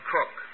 Cook